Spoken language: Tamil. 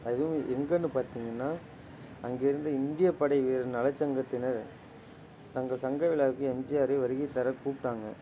அதுவும் எங்கன்னுப் பார்த்திங்கன்னா அங்கேருந்து இந்தியப் படை வீரர் நலச்சங்கத்தினர் தங்கள் சங்க விழாவுக்கு எம்ஜிஆரை வருகைத் தரக் கூப்பிடாங்க